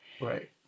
right